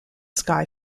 sky